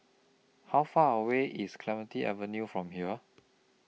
How Far away IS Clementi Avenue from here